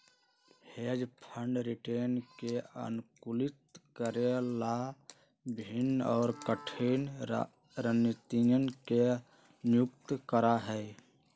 hedge fund return के अनुकूलित करे ला विभिन्न और कठिन रणनीतियन के नियुक्त करा हई